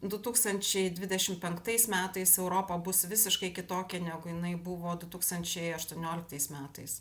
du tūkstančiai dvidešim penktais metais europa bus visiškai kitokia negu jinai buvo du tūkstančiai aštuonioliktais metais